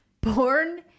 Born